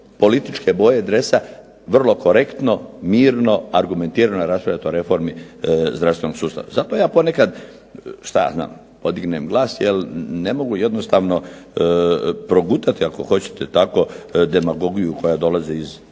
političke boje dresa vrlo korektno, mirno, argumentirano raspravljati o Reformi zdravstvenog sustava. Zato ja ponekad, što ja znam, podignem glas jer ne mogu jednostavno progutati, ako hoćete tako, demagogiju koja dolazi iz